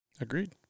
Agreed